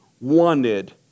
wanted